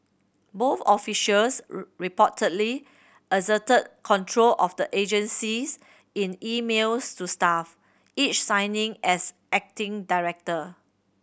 both officials reportedly asserted control of the agencies in emails to staff each signing as acting director